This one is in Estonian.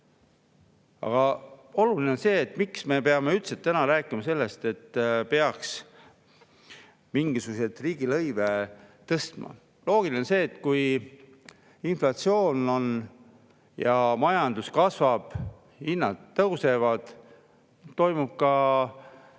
Oluline on see, miks me peame üldse täna rääkima sellest, et peaks mingisuguseid riigilõive tõstma. Loogiline on see, et kui on inflatsioon, majandus kasvab ja hinnad tõusevad, siis toimub ka